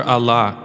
Allah